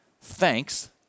thanks